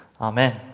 Amen